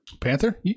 Panther